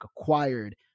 acquired